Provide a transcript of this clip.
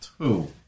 two